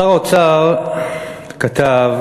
שר האוצר כתב: